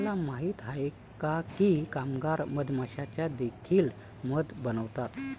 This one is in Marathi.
तुम्हाला माहित आहे का की कामगार मधमाश्या देखील मध बनवतात?